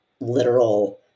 literal